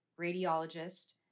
radiologist